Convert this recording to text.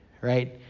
right